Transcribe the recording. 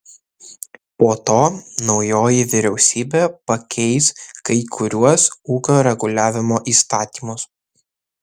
po to naujoji vyriausybė pakeis kai kuriuos ūkio reguliavimo įstatymus